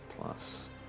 plus